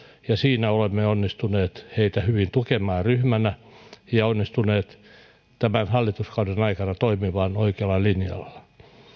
ja siinä olemme ryhmänä onnistuneet hallitusta hyvin tukemaan ja onnistuneet tämän hallituskauden aikana toimimaan oikealla linjalla